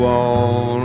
on